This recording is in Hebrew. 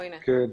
בבקשה.